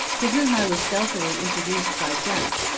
to whom i was stealthily introduced by jack,